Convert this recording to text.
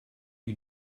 you